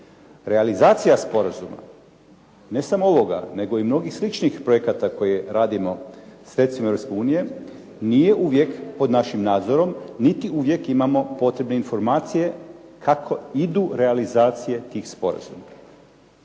realizacija sporazuma ne samo ovoga nego i mnogo sličnih projekata koje radimo sredstvima Europske unije, nije uvijek pod našim nadzorom, niti uvijek imamo potrebne informacije kako idu realizacije tih sporazuma.